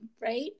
right